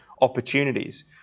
opportunities